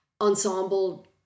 ensemble